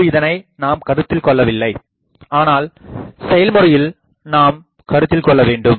முன்பு இதனை நாம் கருத்தில் கொள்ளவில்லை ஆனால் செயல்முறையில் நாம் கருத்தில் கொள்ளவேண்டும்